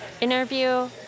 interview